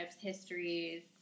histories